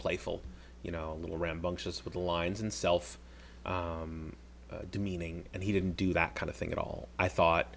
playful you know a little rambunctious with the lines and self demeaning and he didn't do that kind of thing at all i thought